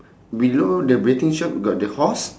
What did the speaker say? below the betting shop got the horse